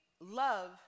love